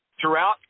throughout